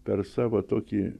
per savo tokį